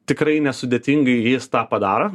tikrai nesudėtingai jis tą padaro